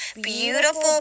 Beautiful